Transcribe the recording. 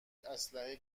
اسلحه